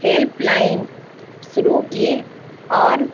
help line شروع کیے اور